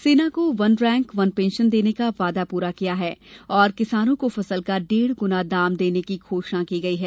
सेना को one rank one pension देने का वादा पूरा किया गया है और किसानो को फसल का डेढ़ गुना दाम देने की घोषणा की गई है